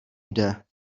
jde